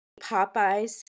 Popeyes